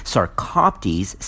Sarcoptes